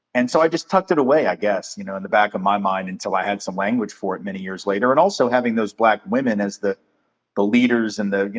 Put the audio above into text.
and so i just tucked it away, i guess, you know, in the back of my mind until i had some language for it many years later. and also, having those black women as the the leaders and the, you